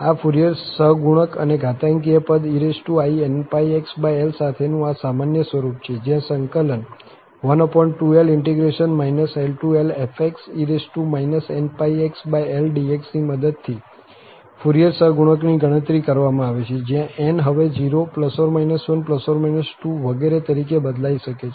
આ ફુરિયર સહગુણક અને ઘાતાંકીય પદ einπxL સાથેનું આ સામાન્ય સ્વરૂપ છે જ્યાં સંકલન 12L∫ LL fe inπxLdx ની મદદથી ફુરિયર સહગુણકની ગણતરી કરવામાં આવે છે જ્યાં n હવે 0±1±2 વગેરે તરીકે બદલાઈ શકે છે